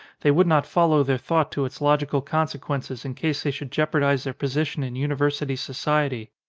they would not follow their thought to its logical con sequences in case they should jeopardise their position in university society.